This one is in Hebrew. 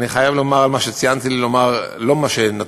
אני חייב לומר את מה שציינתי לי לומר,